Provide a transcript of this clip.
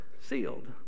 sealed